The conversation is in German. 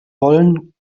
wollen